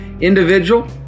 individual